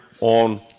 on